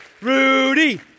Rudy